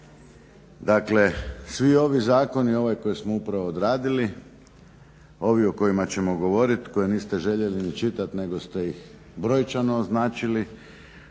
Dakle svi ovi zakoni i ovaj koji smo upravo odradili ovi o kojima ćemo govoriti koje niste željeli ni čitati nego ste ih brojčano označili